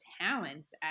talents